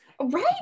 Right